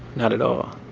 not at all.